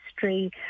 history